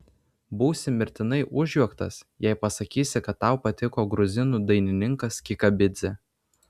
būsi mirtinai užjuoktas jei pasakysi kad tau patiko gruzinų dainininkas kikabidzė